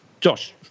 Josh